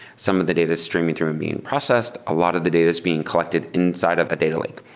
some of the data stream interim being processed. a lot of the data is being collected inside of a data lake.